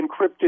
encrypted